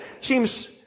seems